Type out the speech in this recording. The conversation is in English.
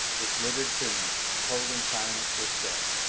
this littered tomb. cold and silent with death.